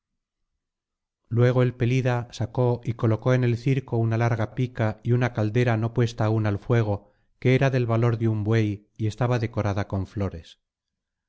luego el pelida sacó y colocó en el circo una larg pica y una caldera no puesta aún al fuego que era del valor de un buey y estaba decorada con flores